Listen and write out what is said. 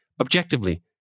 objectively